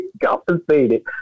Compensated